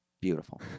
beautiful